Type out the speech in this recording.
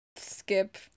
skip